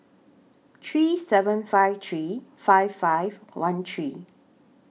three seven five three five five one three